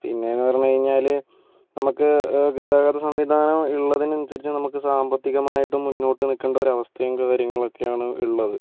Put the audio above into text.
പിന്നെന്ന് പറഞ്ഞഴിഞ്ഞാല് നമ്മക്ക് ഗതാഗത സംവിധാനം ഇള്ളതിനനുസരിച്ച് നമ്മക്ക് സാമ്പത്തികമായിട്ടും മുന്നോട്ട് നിൽക്കണ്ട ഒരു അവസ്ഥയും കാര്യങ്ങളൊക്കെ ആണ് ഉള്ളത്